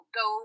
go